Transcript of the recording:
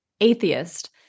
atheist